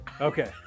Okay